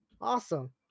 awesome